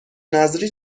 نذری